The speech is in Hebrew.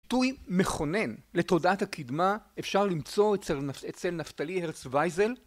פתוי מכונן לתודעת הקדמה אפשר למצוא אצל נפתלי הרץ וייזל